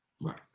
Right